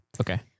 Okay